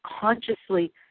consciously